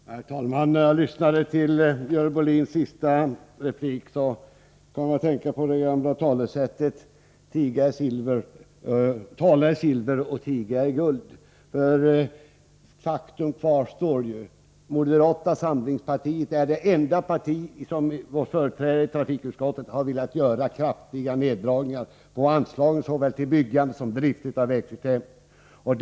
Herr talman! När jag lyssnade till Görel Bohlins senaste replik här kom jag att tänka på följande gamla talesätt: tala är silver och tiga är guld. Faktum kvarstår att moderata samlingspartiet är det enda parti i trafikutskottet som velat göra kraftiga neddragningar på anslagen såväl till byggande som till drift av vägsystem.